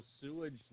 sewage